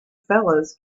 fellows